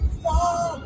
fall